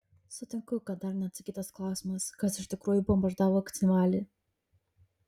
sutinku kad dar neatsakytas klausimas kas iš tikrųjų bombardavo cchinvalį